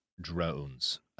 drones